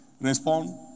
respond